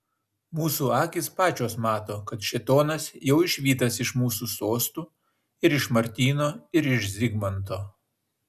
mūsų akys pačios mato kad šėtonas jau išvytas iš mūsų sostų ir iš martyno ir iš zigmanto